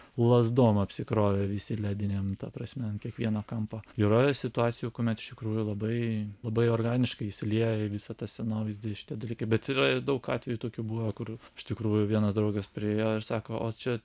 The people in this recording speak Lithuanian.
lazdom apsikrovę visi ledinėm ta prasme ant kiekvieno kampo yra situacijų kuomet iš tikrųjų labai labai organiškai įsilieja į visą tą scenovaizdį šitie dalykai tai yra ir daug atvejų tokių buvę kur iš tikrųjų vienas draugas priėjo ir sako o čia